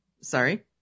Sorry